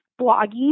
blogging